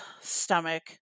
stomach